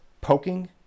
poking